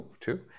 Two